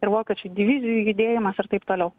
ir vokiečių divizijų judėjimas ir taip toliau